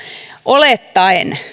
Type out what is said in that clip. olettaen